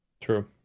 true